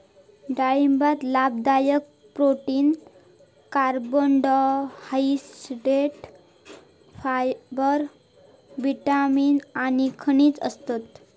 डाळिंबात लाभदायक protein, carbohydrate, fibre, vitamin आणि खनिजा असतत